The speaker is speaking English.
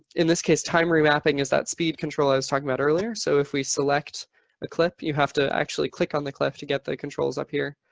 in this case time remapping is that speed control i was talking about earlier. so if we select a clip, you have to actually click on the cliff to get the controls up here,